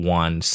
one